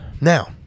Now